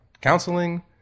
counseling